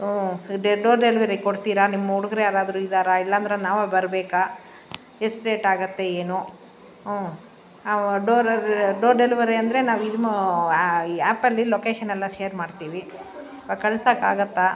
ಹ್ಞೂ door delivery ಕೊಡ್ತೀರಾ ನಿಮ್ಮ ಹುಡುಗ್ರು ಯಾರಾದರೂ ಇದಾರ ಇಲ್ಲಾಂದ್ರೆ ನಾವೇ ಬರಬೇಕಾ ಎಷ್ಟು ರೇಟ್ ಆಗುತ್ತೆ ಏನು ಹ್ಞೂ ಆವ ಡೋರರ್ ಡೋರ್ ಡೆಲ್ವರಿ ಅಂದರೆ ನಾವಿದ ಆ್ಯಪಲ್ಲಿ ಲೊಕೇಶನ್ ಎಲ್ಲ ಶೇರ್ ಮಾಡ್ತೀವಿ ಕಳ್ಸೊಕಾಗತ್ತಾ